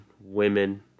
women